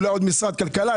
אולי גם משרד הכלכלה,